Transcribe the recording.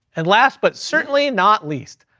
and last, but certainly not least,